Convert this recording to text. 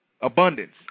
abundance